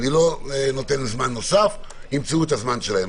אני לא נותן זמן נוסף, ימצאו את הזמן שלהם.